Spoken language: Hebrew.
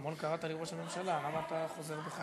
אתמול קראת לי ראש הממשלה, למה אתה חוזר בך?